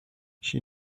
she